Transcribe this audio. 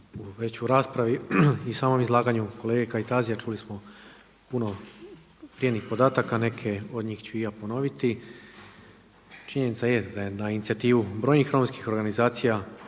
već u raspravi i u samom izlaganju kolege Kajtazija čuli smo puno … podataka, neke od njih ću i ja ponoviti. Činjenica je da je na inicijativu brojnih romskih organizacija